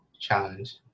challenge